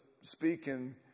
speaking